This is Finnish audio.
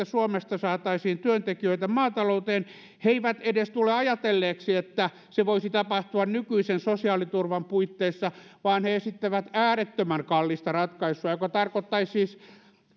suomesta saataisiin työntekijöitä maatalouteen he eivät tule edes ajatelleeksi että se voisi tapahtua nykyisen sosiaaliturvan puitteissa vaan he esittävät äärettömän kallista ratkaisua joka tarkoittaisi